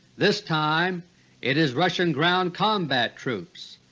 this time it is russian ground combat troops.